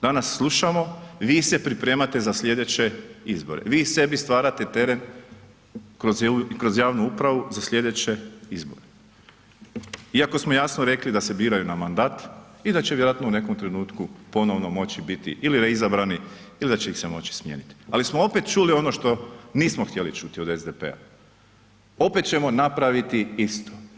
Danas slušamo, vi se pripremate za slijedeće izbore, vi sebi stvarate teren kroz javnu upravu za slijedeće izbore iako smo jasno rekli da se biraju na mandat i da će vjerojatno u nekom trenutku ponovno moći biti ili reizabrani ili da će ih se moći smijeniti ali smo opet čuli ono što nismo htjeli čuti od SDP-a, opet ćemo napraviti isto.